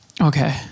Okay